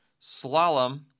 slalom